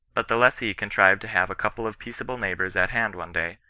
but the lessee contrived to have a couple of peaceable neighbours at hand one day,